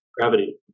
gravity